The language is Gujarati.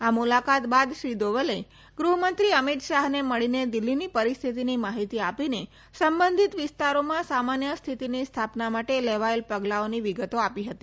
આ મુલાકાત બાદ શ્રી દોવલે ગૃહમંત્રી અમીત શાહને મળીને દિલ્હીની પરિસ્થિતીની માહિતી આપીને સંબંધીત વિસ્તારોમાં સામાન્ય સ્થિતીની સ્થાપના માટે લેવાયેલા પગલાઓની વિગતો આપી હતી